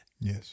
Yes